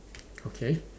okay